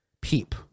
Peep